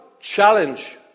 challenge